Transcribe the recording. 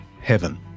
Heaven